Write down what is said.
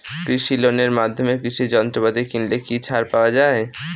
কৃষি লোনের মাধ্যমে কৃষি যন্ত্রপাতি কিনলে কি ছাড় পাওয়া যায়?